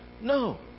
No